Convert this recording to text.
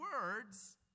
words